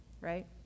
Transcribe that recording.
right